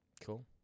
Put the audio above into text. Cool